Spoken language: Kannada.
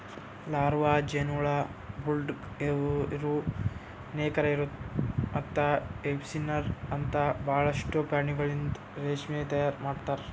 ಲಾರ್ವಾ, ಜೇನುಹುಳ, ಬುಲ್ಡಾಗ್ ಇರು, ನೇಕಾರ ಇರು ಮತ್ತ ವೆಬ್ಸ್ಪಿನ್ನರ್ ಅಂತ ಭಾಳಷ್ಟು ಪ್ರಾಣಿಗೊಳಿಂದ್ ರೇಷ್ಮೆ ತೈಯಾರ್ ಮಾಡ್ತಾರ